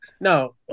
No